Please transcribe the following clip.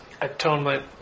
atonement